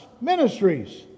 Ministries